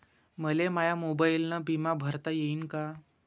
मले माया मोबाईलनं बिमा भरता येईन का?